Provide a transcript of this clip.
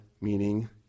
meaning